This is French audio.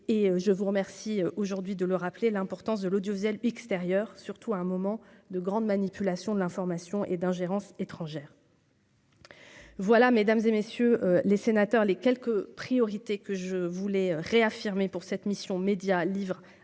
je vous remercie aujourd'hui de le rappeler l'importance de l'audiovisuel extérieur, surtout à un moment de grande manipulation de l'information et d'ingérence étrangère. Voilà, Mesdames et messieurs les sénateurs, les quelques priorités que je voulais réaffirmer pour cette mission Médias livre et